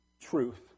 truth